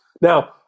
Now